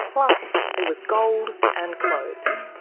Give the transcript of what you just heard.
plus there was gold and clothes.